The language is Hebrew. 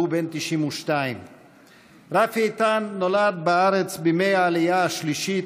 והוא בן 92. רפי איתן נולד בארץ בימי העלייה השלישית,